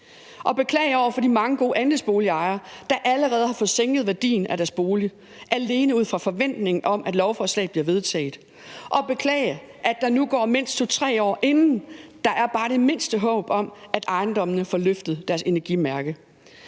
og beklage over for de mange gode andelsboligejere, der allerede har fået sænket værdien af deres bolig alene ud fra forventningen om, at lovforslaget bliver vedtaget, og beklage, at der nu går mindst 2-3 år, inden der er bare det mindste håb om, at ejendommene får løftet deres energimærke.